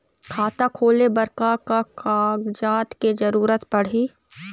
खाता खोले बर का का कागजात के जरूरत पड़ही?